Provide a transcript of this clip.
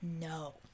No